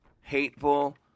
hateful